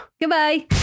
Goodbye